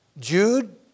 Jude